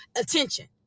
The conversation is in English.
attention